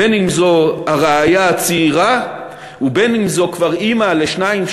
בין שזו הרעיה הצעירה ובין שזו כבר אימא לשניים,